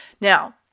Now